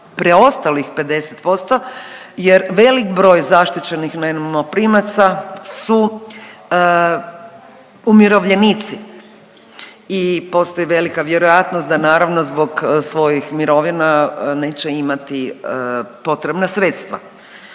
preostalih 50% jer velik broj zaštićenih najmoprimaca su umirovljenici i postoji velika vjerojatnost da naravno zbog svojih mirovina neće imati potrebna sredstva.